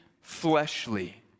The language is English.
fleshly